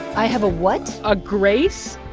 i have a what? a grace.